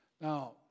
Now